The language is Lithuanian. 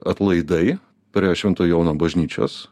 atlaidai prie švento jono bažnyčios